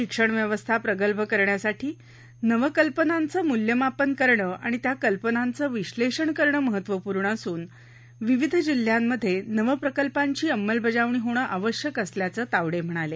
शिक्षण व्यवस्था प्रगल्भ करण्यासाठी नवकल्पनांचं मूल्यमापन करणं आणि त्या कल्पनांचं विश्वेषण करणं महत्त्वपूर्ण असून विविध जिल्ह्यांमध्ये नवप्रकल्पांची अंमलबजावणी होणं आवश्यक असल्याचं तावडे म्हणाले